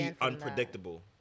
Unpredictable